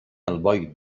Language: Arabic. البيض